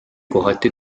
kohati